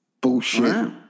Bullshit